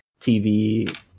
TV